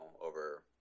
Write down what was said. over